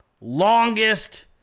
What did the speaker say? longest